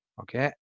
Okay